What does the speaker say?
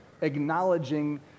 acknowledging